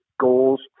goals